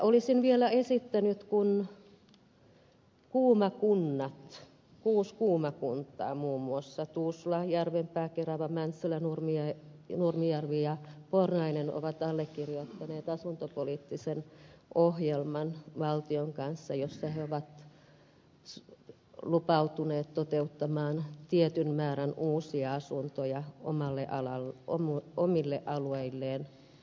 olisin vielä kysynyt kun kuusi kuuma kunnat kuus kuumat pullottaa muun kuntaa tuusula järvenpää kerava mäntsälä nurmijärvi ja pornainen ovat allekirjoittaneet valtion kanssa asuntopoliittisen ohjelman jossa ovat lupautuneet toteuttamaan tietyn määrän uusia asuntoja omille alueilleen